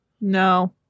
No